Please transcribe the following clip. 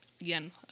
again